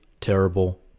terrible